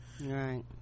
right